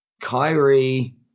Kyrie